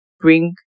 bring